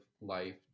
life